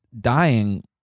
dying